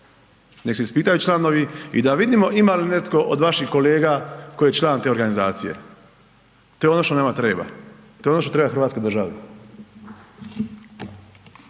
nek se ispitaju članovi i da vidimo ima li netko od vaših kolega koji je član te organizacije, to je ono što nama treba, to je ono što treba hrvatskoj državi.